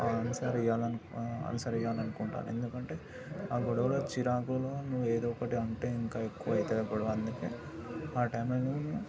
answer ఇవ్వాలని answer ఇవ్వాలని అనుకుంటాను ఎందుకంటే ఆ గొడవలు చిరాకులో నువ్వు ఏదో ఒకటి అంటే ఇంకా ఎక్కువ అవుతుంది గొడవ అందుకని ఆ టైమ్లో నేను